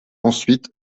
ensuite